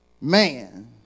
man